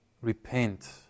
repent